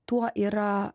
tuo yra